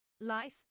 Life